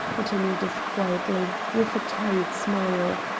put in edith quietly, with a tired smile,